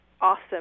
awesome